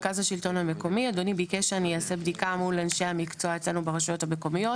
אדוני ביקש שאני אעשה בדיקה מול אנשי המקצועי אצלנו ברשויות המקוימות,